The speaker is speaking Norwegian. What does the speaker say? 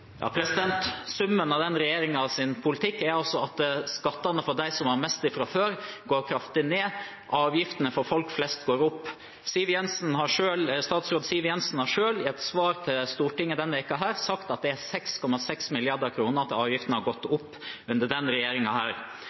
altså at skattene for dem som har mest fra før, går kraftig ned, og avgiftene for folk flest går opp. Statsråd Siv Jensen har selv i et svar til Stortinget denne uken sagt at 6,6 mrd. kr har avgiftene gått opp med under